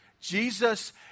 Jesus